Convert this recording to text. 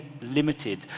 limited